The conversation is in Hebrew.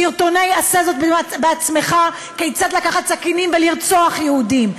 סרטוני "עשה זאת בעצמך" כיצד לקחת סכינים ולרצוח יהודים,